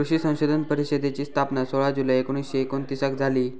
कृषी संशोधन परिषदेची स्थापना सोळा जुलै एकोणीसशे एकोणतीसाक झाली